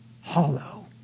hollow